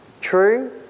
True